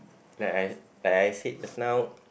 like I like I said just now